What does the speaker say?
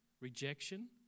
rejection